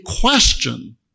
question